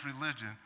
religion